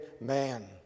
man